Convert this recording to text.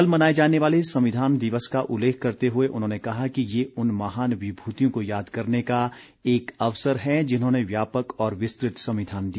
कल मनाए जाने वाले संविधान दिवस का उल्लेख करते हुए उन्होंने कहा कि ये उन महान विभूतियों को याद करने का एक अवसर है जिन्होंने व्यापक और विस्तृत संविधान दिया